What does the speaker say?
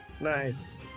Nice